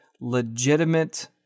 legitimate